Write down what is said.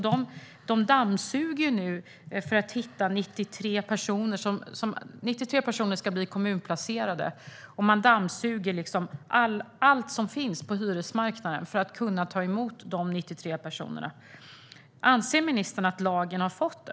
Där dammsuger man nu allt som finns på hyresmarknaden för att kunna ta emot de 93 personer som är kommunplacerade.